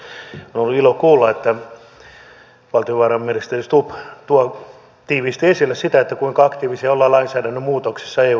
on ilo kuulla että valtiovarainministeri stubb tuo tiiviisti esille sitä kuinka aktiivisia ollaan lainsäädännön muutoksissa eu tasolla